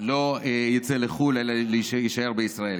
לא יצא לחו"ל אלא יישאר בישראל,